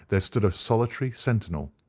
there stood a solitary sentinel.